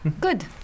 Good